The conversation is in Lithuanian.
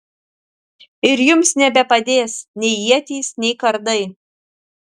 ir jums nebepadės nei ietys nei kardai